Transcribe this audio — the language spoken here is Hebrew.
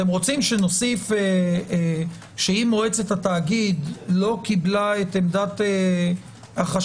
אתם רוצים שנוסיף שאם מועצת התאגיד לא קיבלה את עמדת החשכ"ל